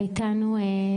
חנן אהרון,